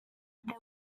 there